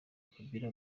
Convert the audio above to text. kabila